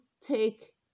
take